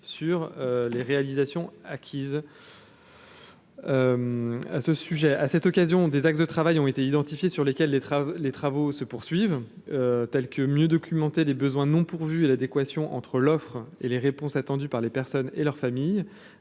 sur les réalisations acquises. à ce sujet, à cette occasion des axes de travail ont été identifiés sur lesquels les travaux, les travaux se poursuivent, tels que mieux documenter des besoins non pourvus à l'adéquation entre l'offre et les réponses attendues par les personnes et leurs familles,